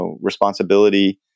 responsibility